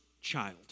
child